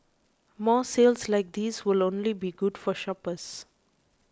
more sales like these will only be good for shoppers